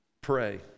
pray